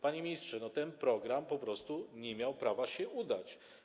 Panie ministrze, ten program po prostu nie miał prawa się udać.